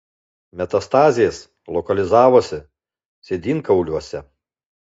metastazės lokalizavosi sėdynkauliuose